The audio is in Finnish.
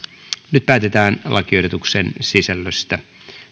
nyt päätetään lakiehdotuksen sisällöstä